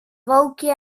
wolkje